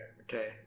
Okay